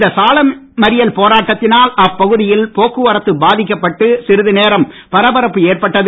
இந்த சாலை மறியல் போராட்டத்தினால் அப்பகுதியில் போக்குவரத்து பாதிக்கப்பட்டு சிறிது நேரம் பரபரப்பு ஏற்பட்டது